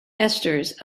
esters